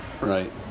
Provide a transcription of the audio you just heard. Right